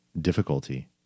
difficulty